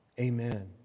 Amen